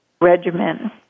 regimen